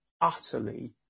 utterly